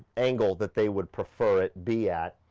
angle that they would prefer it be at.